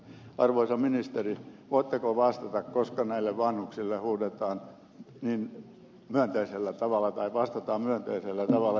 arvoisa ministeri voitteko vastata koska näille vanhuksille vastataan myönteisellä tavalla että turvallisuus lisääntyy